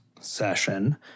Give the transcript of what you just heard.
session